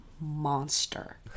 monster